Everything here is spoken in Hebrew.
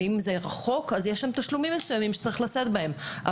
ואם זה רחוק אז יש שם תשלומים מסוימים שצריך לשאת בהם.